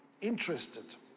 interested